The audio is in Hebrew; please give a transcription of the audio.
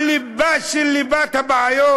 על הליבה של ליבת הבעיות.